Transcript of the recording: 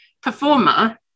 performer